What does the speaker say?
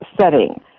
setting